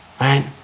right